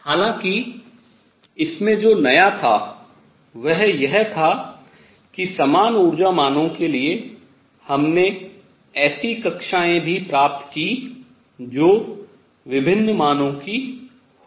हालाँकि इसमें जो नया था वह यह था कि समान ऊर्जा मानों के लिए हमने ऐसी कक्षाएँ भी प्राप्त कीं जो विभिन्न मानों की हो सकती हैं